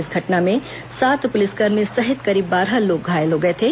इस घटना में सात पुलिसकर्मी सहित करीब बारह लोग घायल हो गए थे